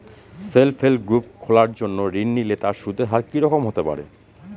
Self help group খোলার জন্য ঋণ নিলে তার সুদের হার কি রকম হতে পারে?